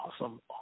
Awesome